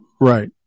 Right